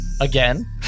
Again